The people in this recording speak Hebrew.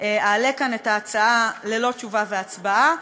אעלה כאן את ההצעה ללא תשובה והצבעה,